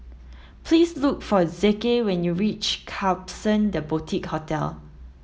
please look for Zeke when you reach Klapson The Boutique Hotel